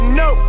no